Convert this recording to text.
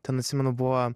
ten atsimenu buvo